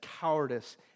cowardice